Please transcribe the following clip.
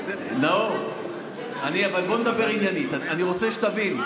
נאור, בוא נדבר עניינית, אני רוצה שתבין.